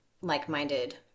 like-minded